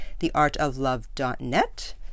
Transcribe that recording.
theartoflove.net